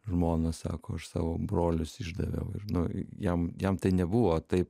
žmoną sako aš savo brolius išdaviau ir nu jam jam tai nebuvo taip